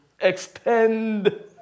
extend